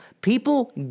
People